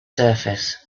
surface